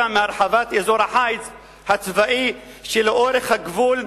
מהרחבת אזור החיץ הצבאי שלאורך הגבול,